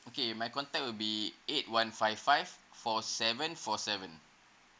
okay my contact will be eight one five five four seven four seven